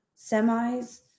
semis –